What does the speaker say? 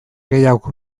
gehiagok